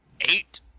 Eight